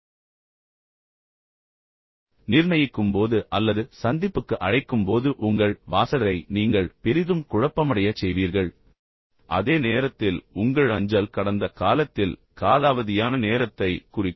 இப்போது எதிர்காலத்திற்கான சந்திப்பை நிர்ணயிக்கும் போது அல்லது சந்திப்புக்கு அழைக்கும் போது உங்கள் வாசகரை நீங்கள் பெரிதும் குழப்பமடையச் செய்வீர்கள் அதே நேரத்தில் உங்கள் அஞ்சல் கடந்த காலத்தில் காலாவதியான நேரத்தைக் குறிக்கும்